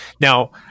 Now